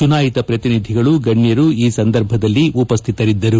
ಚುನಾಯಿತ ಪ್ರತಿನಿಧಿಗಳು ಗಣ್ಯರು ಈ ಸಂದರ್ಭದಲ್ಲಿ ಉಪಸ್ಥಿತರಿದ್ದರು